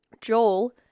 Joel